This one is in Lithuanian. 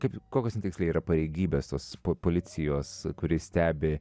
kaip kokios ten tiksliai yra tos pareigybės policijos kuri stebi